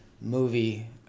movie